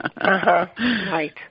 right